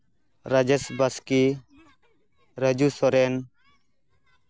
Rajesh Baske Raju Soren